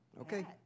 Okay